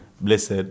Blessed